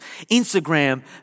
Instagram